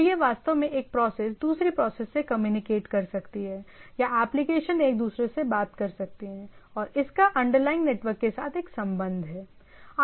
तो यह वास्तव में एक प्रोसेस दूसरी प्रोसेस से कम्युनिकेट कर सकती है या एप्लीकेशन एक दूसरे से बात कर सकती है और इसका अंडरलाइनग नेटवर्क के साथ एक संबंध है